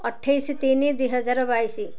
ଅଠେଇଶ ତିନି ଦୁଇ ହଜାର ବାଇଶ